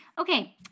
Okay